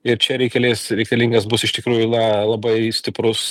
ir čia reikelės reikalingas bus iš tikrųjų la labai stiprus